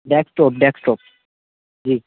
desk top desktop G